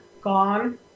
gone